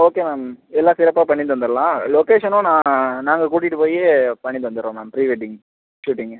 okay ma'am எல்லாம் சிறப்பாக பண்ணி தந்துடலாம் லொகேஷனும் நான் நாங்கள் கூட்டிகிட்டு போய் பண்ணி தந்துடுவோம் மேம் ப்ரீ வெட்டிங் ஷூட்டிங்கு